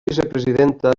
vicepresidenta